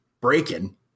Breaking